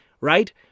right